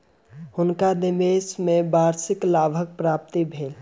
हुनका निवेश में वार्षिक लाभक प्राप्ति भेलैन